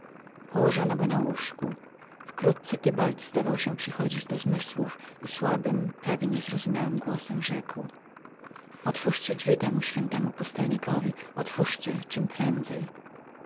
położono go w łóżko wkrótce tybald zdawał się przychodzić do zmysłów i słabym i prawie niezrozumiałym głosem rzekł otwórzcie drzwi temu świętemu pustelnikowi otwórzcie czemprędzej